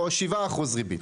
או 7% ריבית?